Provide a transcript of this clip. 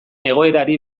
egoerari